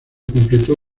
completó